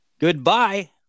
Goodbye